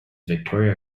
victoria